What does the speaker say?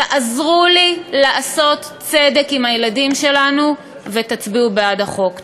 תעזרו לי לעשות צדק עם הילדים שלנו ותצביעו בעד החוק.